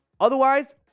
Otherwise